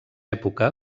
època